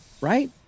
Right